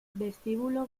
vestíbulo